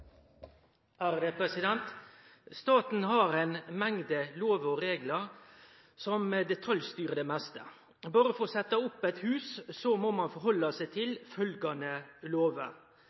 Gjermund Hagesæter. Staten har ei mengde lovar og reglar som detaljstyrer det meste. Berre for å sette opp eit hus må ein halde seg til